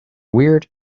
weird